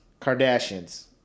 Kardashians